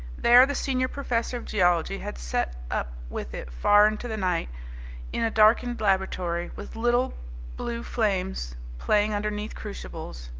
there the senior professor of geology had sat up with it far into the night in a darkened laboratory, with little blue flames playing underneath crucibles,